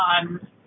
on